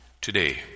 today